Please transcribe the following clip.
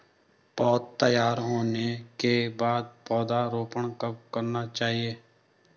पौध तैयार होने के बाद पौधा रोपण कब करना चाहिए?